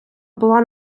була